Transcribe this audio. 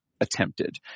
attempted